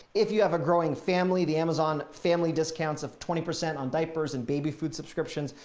if you have a growing family, the amazon family discounts of twenty percent on diapers and baby food subscriptions,